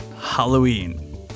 Halloween